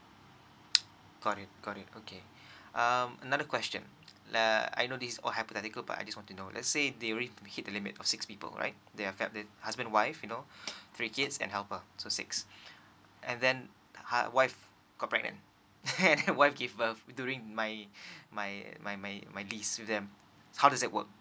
got it got it okay um another question uh I know this all hypothetical but I just want to know let's say they already hit the limit of six people right they have fami~ the husband wife you know three kids and helper so six and then hus~ wifegot pregnant and then wife give birth during my my my my my lease with them how does that work